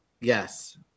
Yes